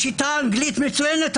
השיטה האנגלית מצוינת.